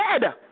dead